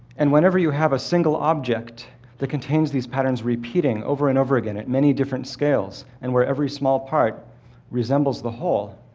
and whenever you have a single object that contains these patterns repeating over and over again at many different scales, and where every small part resembles the whole,